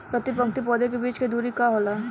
प्रति पंक्ति पौधे के बीच के दुरी का होला?